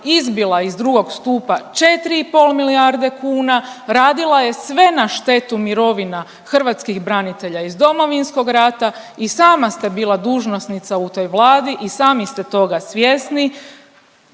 izbila iz drugog stupa 4,5 milijarde kuna, radila je sve na štetu mirovina hrvatskih branitelja iz Domovinskog rata i sama ste bila dužnosnica u toj vladi i sami ste toga svjesni.